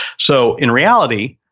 so, in reality,